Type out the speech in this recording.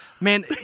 Man